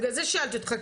בגלל זה שאלתי אותך,